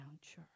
church